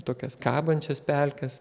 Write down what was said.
tokias kabančias pelkes